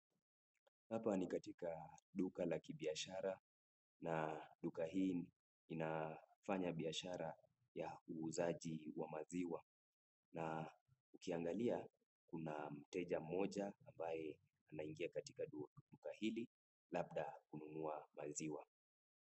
Hapa ni katika duka la kibiashara na duka hii inafanya biashara ya uuzaji wa maziwa na ukiangalia kuna mteja mmoja ambaye anaingia katika duka hili labda kununua maziwa.